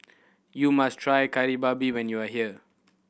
you must try Kari Babi when you are here